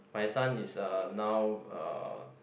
my son is uh now uh